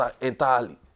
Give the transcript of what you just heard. entirely